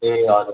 ए हजुर